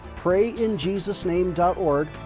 PrayInJesusName.org